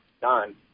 done